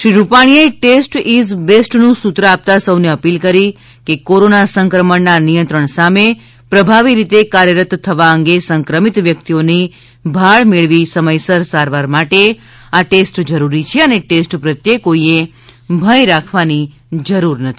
શ્રી રૂપાણીએ test is બેસ્ટનું સુત્ર આપતા સૌને અપીલ કરી છે કે કોરોના સંક્રમણ નિયંત્રણ સામે પ્રભાવી રીતે કાર્યરત થવા અંગે સંક્રમિત વ્યક્તિઓની ભાળ મેળવી સમયસર સારવાર માટે આ ટેસ્ટ જરૂરી છે અને ટેસ્ટ પ્રત્યે કોઇએ ભય રાખવાની જરૂર નથી